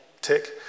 Tick